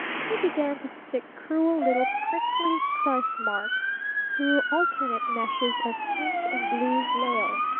he began to stick cruel little prickly price marks through alternate meshes of pink and blue lisle.